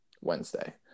Wednesday